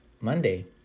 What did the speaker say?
Monday